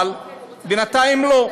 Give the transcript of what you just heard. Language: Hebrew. אם אבל בינתיים לא,